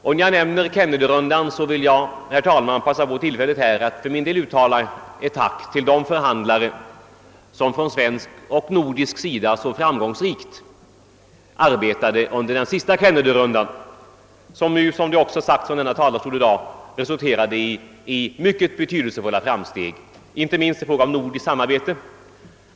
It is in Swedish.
På tal om Kennedyronden vill jag här passa på tillfället att för min del uttala ett tack till de svenska och nordiska förhandlare som arbetade så framgångsrikt under den senaste Kennedyronden, vilken som redan sagts resulterade i mycket betydelsefulla framsteg inte minst när det gäller nordiskt samarbete.